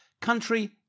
country